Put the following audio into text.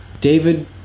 David